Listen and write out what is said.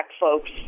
folks